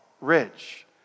rich